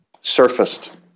surfaced